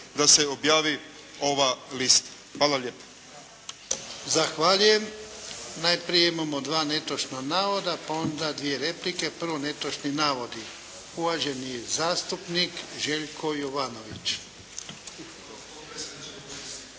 da se objavi ova lista. Hvala lijepa. **Jarnjak, Ivan (HDZ)** Zahvaljujem. Najprije imamo dva netočna navoda, pa onda dvije replike. Prvo netočni navodi. Uvaženi zastupnik Željko Jovanović.